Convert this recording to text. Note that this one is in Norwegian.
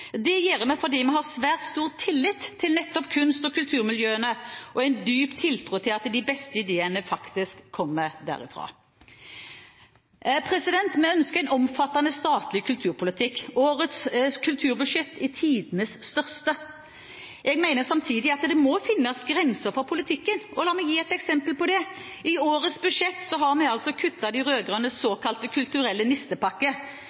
Det gjør vi fordi vi har svært stor tillit til nettopp kunst- og kulturmiljøene og en stor tiltro til at de beste ideene faktisk kommer derfra. Vi ønsker en omfattende statlig kulturpolitikk. Årets kulturbudsjett er tidenes største. Jeg mener samtidig at det må finnes grenser for politikken, og la meg gi et eksempel på det: I årets budsjett har vi kuttet de rød-grønnes såkalte kulturelle nistepakke.